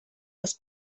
los